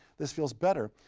this feels better,